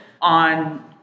on